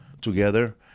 together